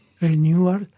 renewal